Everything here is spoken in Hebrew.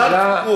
זה קואליציונית?